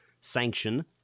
Sanction